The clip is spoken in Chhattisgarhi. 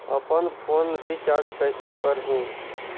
अपन फोन रिचार्ज कइसे करहु?